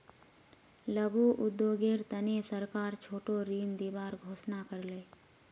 लघु उद्योगेर तने सरकार छोटो ऋण दिबार घोषणा कर ले